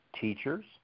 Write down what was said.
teachers